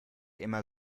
immer